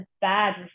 bad